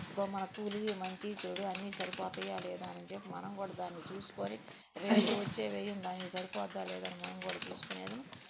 go మన కూలి మంచి చెడు అన్నీ సరిపోతాయా లేదా అని చెప్పి మనం కూడా దాన్ని చూసుకొని రేపు వచ్చే వ్యయం దానికి సరిపోద్దా లేదాని మేం కూడా చూసుకొనేదన